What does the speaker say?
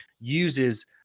uses